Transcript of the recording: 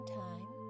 time